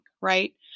right